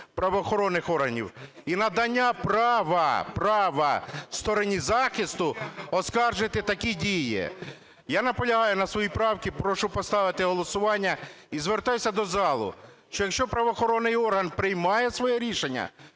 правоохоронних органів і надання права, права стороні захисту оскаржити такі дії. Я наполягаю на своїй правці. Прошу поставити на голосування. І звертаюся до залу, що якщо правоохоронний орган приймає своє рішення,